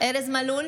ארז מלול,